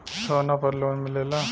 सोना पर लोन मिलेला?